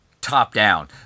top-down